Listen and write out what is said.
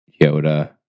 Yoda